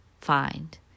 find